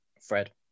fred